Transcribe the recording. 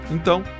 Então